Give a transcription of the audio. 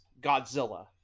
godzilla